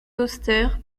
austère